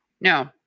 No